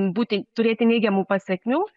būti turėti neigiamų pasekmių